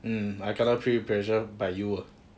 mm I kena peer pressure by you lah